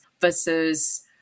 versus